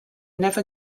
never